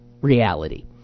reality